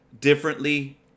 differently